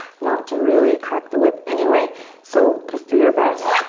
not to really crack the whip anyway so just do your best.